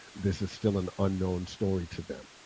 this is still an unknown story to them